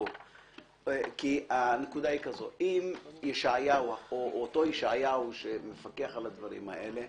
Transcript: אם ישעיהו או אותו ישעיהו שמפקח על הדברים האלה